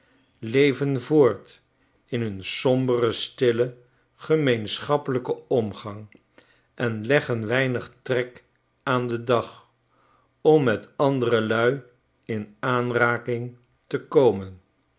leven voort in hun somberen stillen gemeenschappelijken omgang en leggen weinig trek aan den dag om met andere jui in aanraking te komen